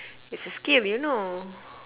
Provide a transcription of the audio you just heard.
it's a skill you know